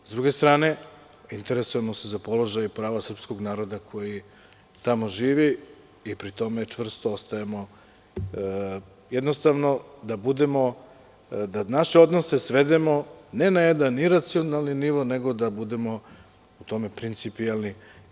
S druge strane, interesujemo se za položaj i prava srpskog naroda koji tamo živi i pri tome čvrsto ostajemo, jednostavno da naše odnose svedemo, ne na jedan iracionalan nivo, nego da budemo u tome principijelni.